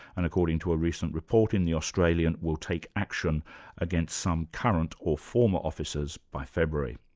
and according to a recent report in the australian, will take action against some current or former officers by february.